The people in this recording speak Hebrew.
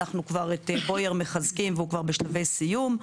אנחנו כבר את בויאר מחזקים והוא כבר בשלבי סיום,